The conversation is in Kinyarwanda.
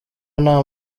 nta